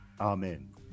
Amen